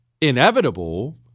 Inevitable